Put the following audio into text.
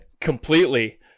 completely